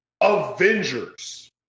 Avengers